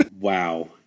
Wow